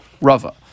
Rava